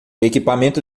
equipamento